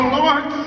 Lord